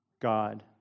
God